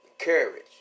courage